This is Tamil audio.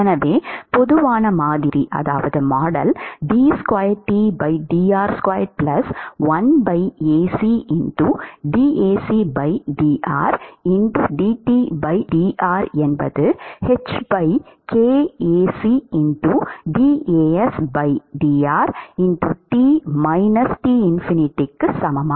எனவே பொதுவான மாதிரி d 2T dr2 1 Ac dAc dr dT dr h kAc dAs dr T T∞ க்கு சமம்